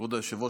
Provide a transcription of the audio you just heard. כבוד היושב-ראש,